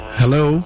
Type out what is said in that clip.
hello